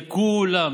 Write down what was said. לכולם,